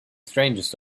strangest